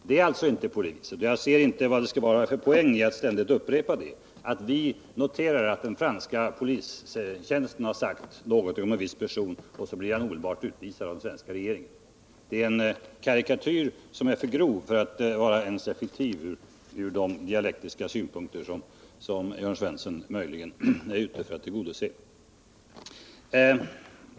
Det är t.ex. inte på det viset att vi noterar att den franska polistjänsten har sagt någonting om en viss person, och så blir han omedelbart utvisad av svenska regeringen. Det är en karikatyr som är för grov för att vara effektiv ens för de demagogiska syften som Jörn Svensson är ute i.